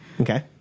okay